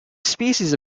species